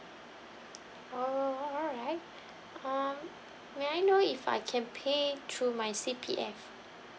oh alright uh may I know if I can pay through my C_P_F